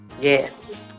yes